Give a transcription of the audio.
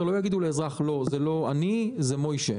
יותר לא יגידו לאזרח: לא, זה לא אני, זה משה.